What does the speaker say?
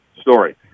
story